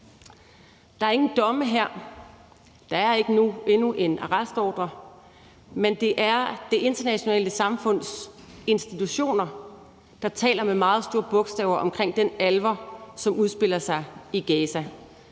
Der er ingen domme her. Der er endnu ikke en arrestordre, men det er det internationale samfunds institutioner, der taler med meget store bogstaver omkring alvoren i den situation, som udspiller sig i Gaza.